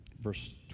verse